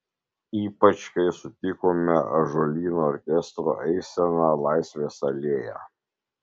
ypač kai sutikome ąžuolyno orkestro eiseną laisvės alėja